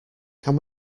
can